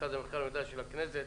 מרכז המחקר והמידע של הכנסת,